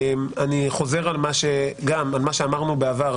אני חוזר על מה שאמרנו בעבר.